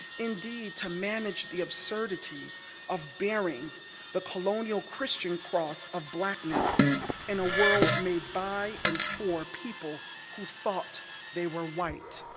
indeed, to manage the absurdity of bearing the colonial christian cross of blackness in a world made by and for people who thought they were white,